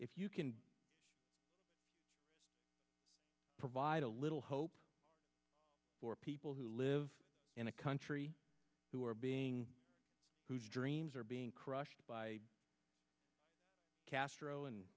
if you can provide a little hope for people who live in a country who are being whose dreams are being crushed by castro and